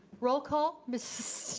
roll call. ms.